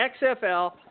XFL